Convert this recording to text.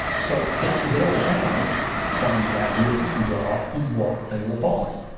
so that is all about finding out who your customers are and what they will buy.